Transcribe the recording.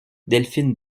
delphine